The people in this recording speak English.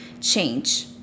change